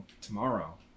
Tomorrow